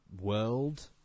world